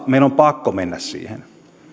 meidän on pakko mennä siihen